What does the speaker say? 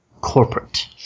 corporate